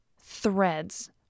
threads